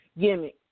gimmick